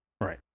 Right